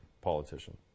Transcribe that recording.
politician